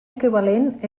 equivalent